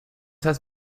has